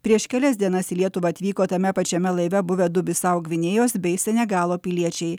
prieš kelias dienas į lietuvą atvyko tame pačiame laive buvę du bisau gvinėjos bei senegalo piliečiai